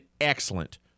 excellent